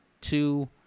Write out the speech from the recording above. two